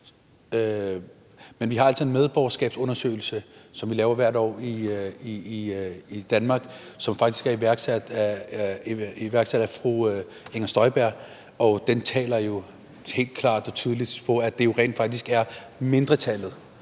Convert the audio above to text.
Men vi har altså en medborgerskabsundersøgelse, som vi laver hvert år i Danmark, som faktisk er iværksat af fru Inger Støjberg, og som jo taler et helt klart og tydeligt sprog, nemlig at det rent faktisk er mindretallet,